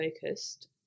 focused